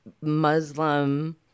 Muslim